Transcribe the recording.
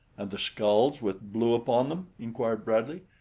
and the skulls with blue upon them? inquired bradley.